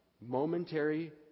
momentary